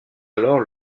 alors